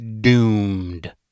doomed